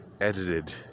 edited